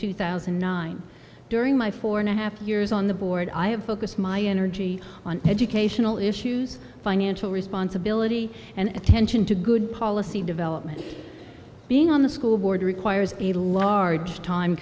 two thousand and nine during my four and a half years on the board i have focus my energy on educational issues financial responsibility and attention to good policy development being on the school board requires a large time